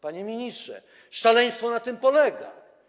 Panie ministrze, szaleństwo na tym polega.